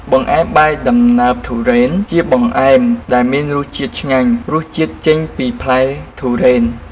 បង្អែមបាយដំណើបទុរេន ជាបង្អែមដែលមានរសជាតិឆ្ងាញ់ រសជាតិចេញពីផ្លែទុរេន។